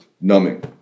numbing